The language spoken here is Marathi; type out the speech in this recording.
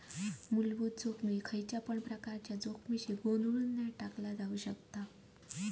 मुलभूत जोखमीक कोणत्यापण प्रकारच्या जोखमीशी गोंधळुन नाय टाकला जाउ शकत